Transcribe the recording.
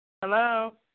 Hello